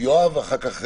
יואב ואחר כך אלי.